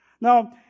Now